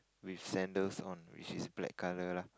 with sandles on which is black color lah